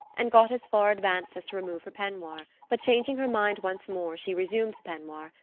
and got as far advanced as to remove her peignoir. but changing her mind once more she resumed the peignoir,